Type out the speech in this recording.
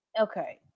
Okay